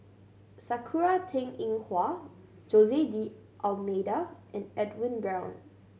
Sakura Teng Ying Hua Jose D'Almeida and Edwin Brown